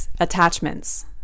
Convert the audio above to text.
Attachments